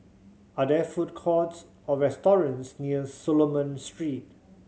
are there food courts or restaurants near Solomon Street